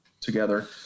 together